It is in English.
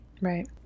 Right